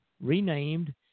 renamed